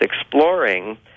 exploring